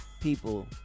people